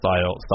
style